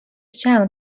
ścian